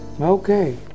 Okay